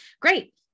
great